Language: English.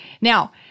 Now